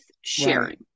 sharing